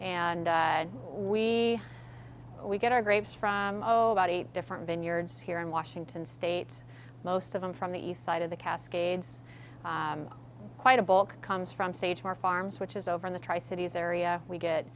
and we we get our grapes from oh about eight different vineyards here in washington state most of them from the east side of the cascades quite a bulk comes from sage more farms which is over in the tri cities area we get